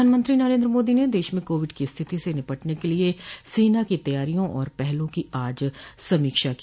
प्रधानमंत्री नरेन्द्र मोदी ने देश में कोविड की स्थिति से निपटने के लिए सेना की तैयारियों और पहलों की आज समीक्षा की